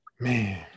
Man